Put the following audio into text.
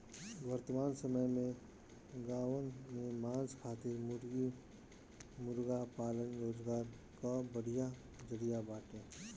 वर्तमान समय में गांवन में मांस खातिर मुर्गी मुर्गा पालन रोजगार कअ बढ़िया जरिया बाटे